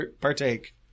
partake